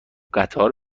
قطار